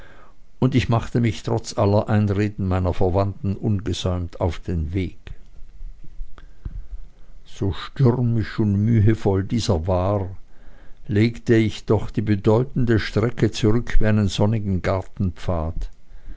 und ich machte mich trotz aller einreden meiner verwandten ungesäumt auf den weg so stürmisch und mühevoll dieser war legte ich doch die bedeutende strecke zurück wie einen sonnigen